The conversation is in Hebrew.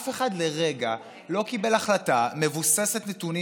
אף אחד לרגע לא קיבל החלטה מבוססת נתונים